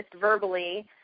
verbally